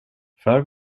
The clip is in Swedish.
för